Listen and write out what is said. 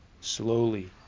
slowly